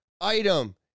item